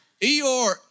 Eeyore